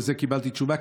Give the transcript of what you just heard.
לזה קיבלתי תשובה,